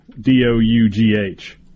D-O-U-G-H